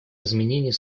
изменений